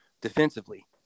defensively